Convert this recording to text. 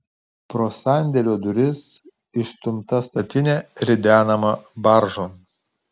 pro sandėlio duris išstumta statinė ridenama baržon